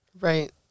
Right